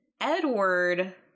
Edward